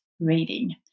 reading